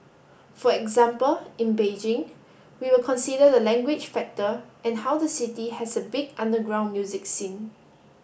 for example in Beijing we will consider the language factor and how the city has a big underground music scene